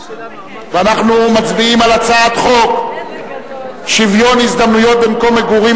ואנחנו מצביעים על הצעת חוק שוויון ההזדמנויות במקום מגורים,